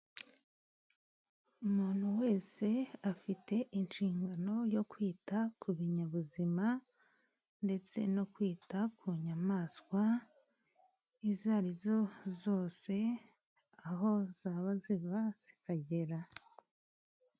Umuntu wese afite inshingano yo kwita ku binyabuzima ndetse no kwita ku nyamaswa izo arizo zose, aho zaba ziva zikagera.